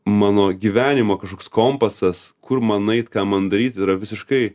mano gyvenimo kažkoks kompasas kur man ait ką man daryt yra visiškai